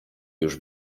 już